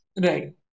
Right